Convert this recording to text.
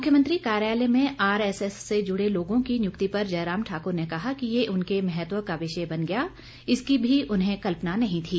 मुख्यमंत्री कार्यालय में आरएसएस से जुड़े लोगों की नियुक्ति पर जयराम ठाकुर ने कहा कि ये उनके महत्व का विषय बन गया इसकी भी उन्हें कल्पना नहीं थी